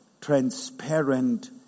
transparent